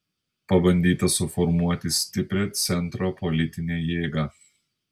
pabandyta suformuoti stiprią centro politinę jėgą